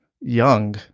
young